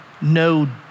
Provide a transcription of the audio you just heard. no